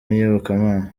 n’iyobokamana